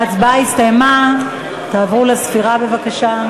ההצבעה הסתיימה, תעברו לספירה בבקשה.